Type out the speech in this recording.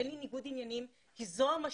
אין לי ניגוד עניינים, כי זו המשמעות